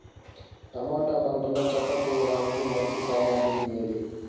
Tomato పంటలో చెత్త తీయడానికి మంచి సామగ్రి ఏది?